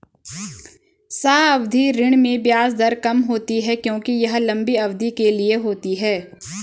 सावधि ऋण में ब्याज दर कम होती है क्योंकि यह लंबी अवधि के लिए होती है